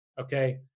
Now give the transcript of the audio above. okay